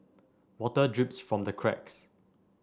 water drips from the cracks